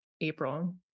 April